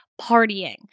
partying